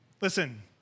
Listen